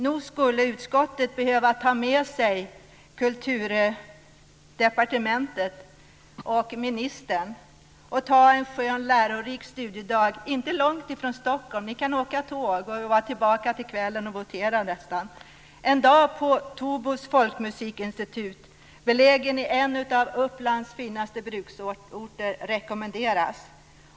Nog skulle utskottet behöva ta med sig Kulturdepartementet och ministern och ta en skön och lärorik studiedag inte långt ifrån Stockholm. Ni kan åka tåg och vara tillbaka till kvällen. En dag på Tobo folkmusikinstitut, beläget i en av Upplands finaste bruksorter, rekommenderas.